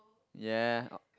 ya